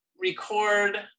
record